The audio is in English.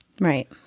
Right